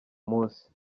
munsi